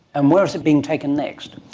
and where is it being taken next?